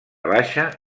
baixa